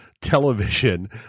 television